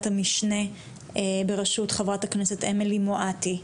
המשנה ברשות חברת הכנסת אמילי מואטי,